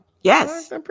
Yes